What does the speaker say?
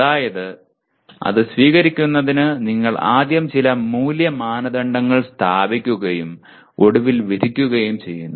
അതായത് അത് സ്വീകരിക്കുന്നതിന് നിങ്ങൾ ആദ്യം ചില മൂല്യ മാനദണ്ഡങ്ങൾ സ്ഥാപിക്കുകയും ഒടുവിൽ വിധിക്കുകയും ചെയ്യുന്നു